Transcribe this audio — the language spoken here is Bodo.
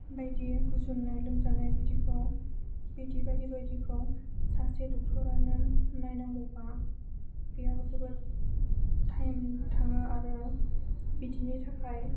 बायदि गुजुनाय लोमजानाय बिदिखौ बिदि बायदि बायदिखौ सासे डक्ट'रानो नायनांगौबा बेयाव जोबोद टाइम थाङो आरो बिदिनि थाखाय